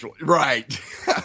Right